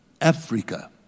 Africa